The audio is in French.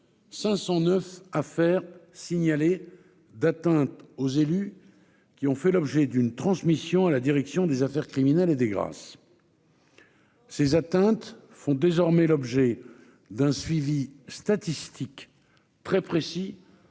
509 affaires signalées d'atteintes aux élus ayant fait l'objet d'une transmission à la Direction des affaires criminelles et des grâces. Ces atteintes font désormais l'objet d'un suivi statistique très précis,